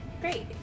Great